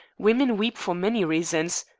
women weep for many reasons.